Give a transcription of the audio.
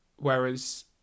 Whereas